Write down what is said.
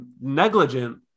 negligent